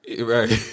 right